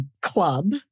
Club